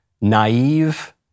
naive